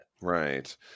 right